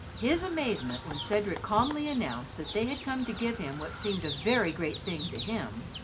his amazement when cedric calmly announced that they had come to give him what seemed a very great thing to him,